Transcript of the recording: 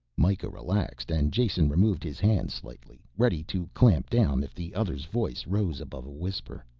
mikah relaxed and jason removed his hand slightly, ready to clamp down if the other's voice rose above a whisper.